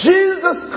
Jesus